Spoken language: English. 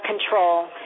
control